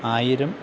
ആയിരം